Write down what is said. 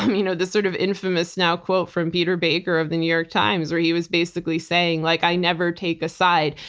um you know this sort of infamous now quote from peter baker of the new york times where he was basically saying, like i never take a side.